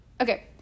Okay